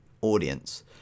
audience